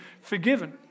forgiven